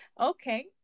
okay